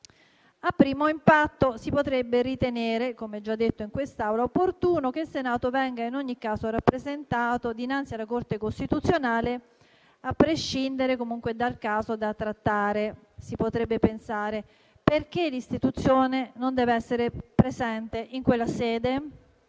A primo impatto si potrebbe ritenere opportuno, come già detto in quest'Aula, che il Senato venga in ogni caso rappresentato dinanzi alla Corte costituzionale, a prescindere dal caso da trattare. Si potrebbe pensare: perché l'istituzione non deve essere presente in quella sede?